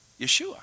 Yeshua